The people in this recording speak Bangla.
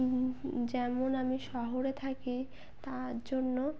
যেমন আমি শহরে থাকি তার জন্য